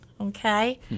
Okay